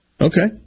Okay